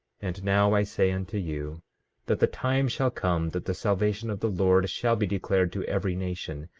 and now i say unto you that the time shall come that the salvation of the lord shall be declared to every nation,